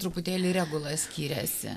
truputėlį regula skyrėsi